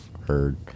heard